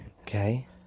Okay